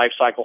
lifecycle